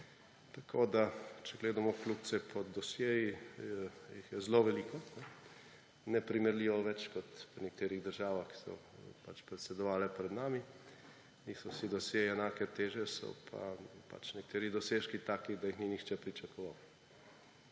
Če gledamo kljukice pod dosjeji, jih je zelo veliko, neprimerljivo več kot v nekaterih državah, ki so predsedovale pred nami. Niso vsi dosjeji enake teže, so pa nekateri dosežki taki, da jih ni nihče pričakoval.